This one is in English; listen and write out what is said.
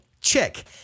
Check